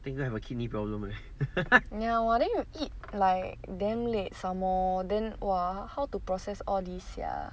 ya !wah! then you eat like damn late some more then !wah! how to process all these sia